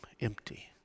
empty